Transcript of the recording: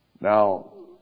Now